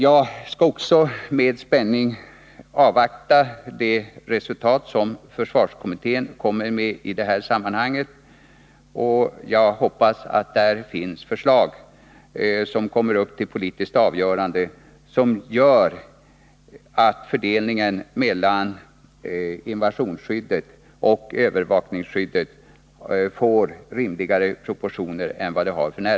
Jag skall också med spänning avvakta det resultat som försvarskommittén kommer med, och jag hoppas att det finns förslag där, som kommer till politiskt avgörande och som gör att fördelningen mellan invasionsskydd och övervakningsskydd får rimligare proportioner än vad det har f. n.